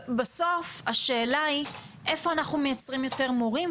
בסוף השאלה היא איפה אנחנו מייצרים יותר מורים,